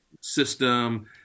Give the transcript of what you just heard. system